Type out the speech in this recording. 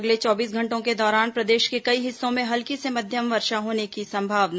अगले चौबीस घंटों के दौरान प्रदेश के कई हिस्सों में हल्की से मध्यम वर्षा होने की संभावना